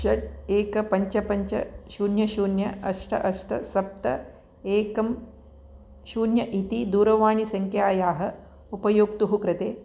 षट् एक पञ्च पञ्च शून्य शून्य अष्ट अष्ट सप्त एकं शून्य इति दूरवाणीसङ्ख्यायाः उपयोक्तुः कृते